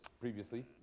previously